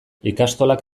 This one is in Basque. ikastolak